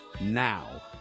now